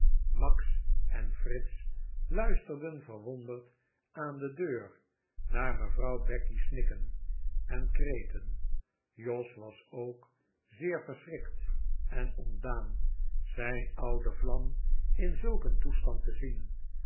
max en fritz luisterden verwonderd aan de deur naar mevrouw becky's snikken en kreten jos was ook zeer verschrikt en ontdaan zijn oude vlam in zulk een toestand te zien